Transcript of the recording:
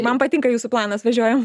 man patinka jūsų planas važiuojam